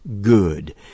good